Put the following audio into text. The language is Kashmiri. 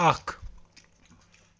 اکھ